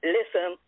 Listen